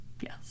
Yes